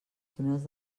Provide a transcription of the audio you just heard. túnels